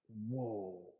whoa